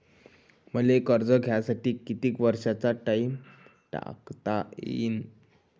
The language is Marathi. मले कर्ज घ्यासाठी कितीक वर्षाचा टाइम टाकता येईन?